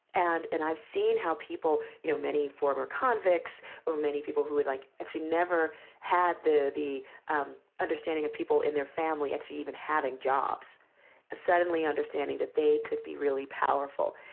and and i've seen how people you know, many former convicts or many people who, like, actually never had the the um understanding of people in their family actually even having jobs suddenly understanding that they could be really powerful,